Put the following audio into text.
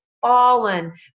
fallen